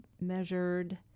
measured